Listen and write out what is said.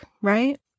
right